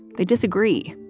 they disagree.